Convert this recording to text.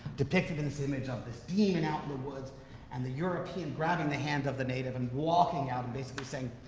depicted in this image of this demon out in the woods and the european grabbing the hand of the native and walking out and basically saying,